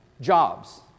jobs